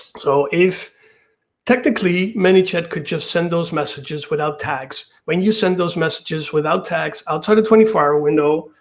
so if technically manychat could just send those messages without tags when you send those messages without tags outside a twenty four hour window,